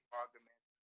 arguments